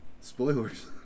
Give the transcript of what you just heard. Spoilers